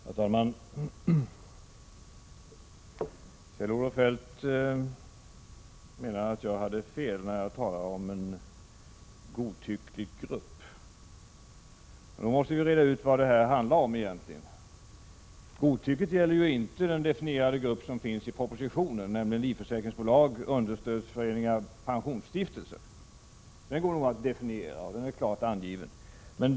Herr talman! Kjell-Olof Feldt menar att jag hade fel när jag talade om en 12 december 1986 godtycklig grupp. Men då måste vi reda ut vad det egentligen handlar om. Godtycket gäller inte den definierade grupp som omnämns i propositionen, nämligen livförsäkringsbolag, understödsföreningar och pensionsstiftelser. De går att definiera och är klart angivna.